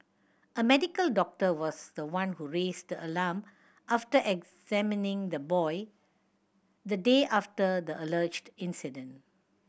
a medical doctor was the one who raised the alarm after examining the boy the day after the alleged incident